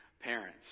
parents